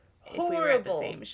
horrible